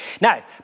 Now